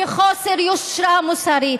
וחוסר יושרה מוסרית.